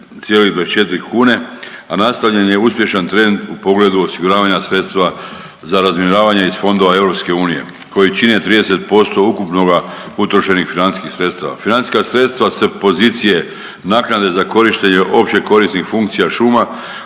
kune, a nastavljen je uspješan trend u pogledu osiguravanja sredstva za razminiravanje iz fondova EU koji čine 30% ukupnoga utrošenih financijskih sredstava. Financijska sredstva s pozicije naknade za korištenje opće korisnih funkcija šuma